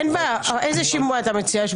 איזה שימוע אתה מציע?